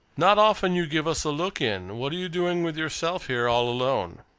not often you give us a look in. what are you doing with yourself here all alone?